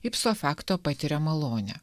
gipso fakto patiria malonę